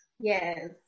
yes